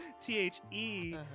T-H-E